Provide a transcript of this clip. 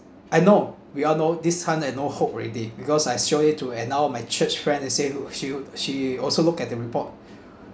I know we all know this one had no hope already because I showed it to an one of my church friend he say he w~ she she also look at the report